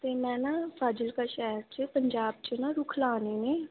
ਅਤੇ ਮੈਂ ਨਾ ਫਾਜ਼ਿਲਕਾ ਸ਼ਹਿਰ 'ਚ ਪੰਜਾਬ 'ਚ ਨਾ ਰੁੱਖ ਲਾਉਣੇ ਨੇ